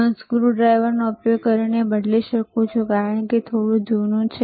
હું તેને સ્ક્રુડ્રાઈવરનો ઉપયોગ કરીને બદલી શકું છું કારણ કે તે થોડું જૂનું છે